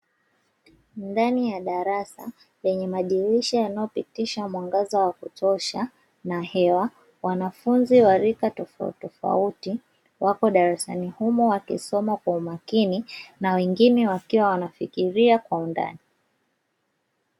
Ndani ya darasa lenye madirisha yanayopitisha mwangaza wa kutosha na hewa, wanafunzi wa rika tofauti wako darasani humo wakisoma kwa umakini na wengine wakiwa wanafikiria kwa undani.